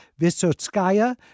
Vysotskaya